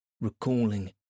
recalling